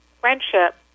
friendship